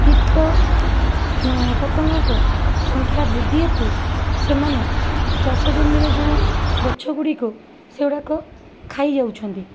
କୀଟ ଓ ପତଙ୍ଗଙ୍କ ସଂଖ୍ୟା ବୃଦ୍ଧି ହେତୁ ସେମାନେ ଚାଷଜମିରେ ଯେଉଁ ଗଛଗୁଡ଼ିକୁ ସେଗୁଡ଼ାକ ଖାଇ ଯାଉଛନ୍ତି